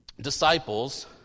disciples